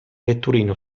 vetturino